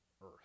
earth